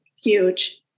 huge